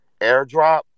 airdrop